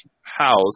house